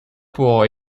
può